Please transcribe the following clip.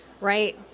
right